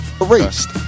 Erased